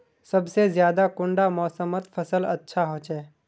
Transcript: सबसे ज्यादा कुंडा मोसमोत फसल अच्छा होचे?